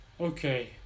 Okay